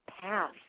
path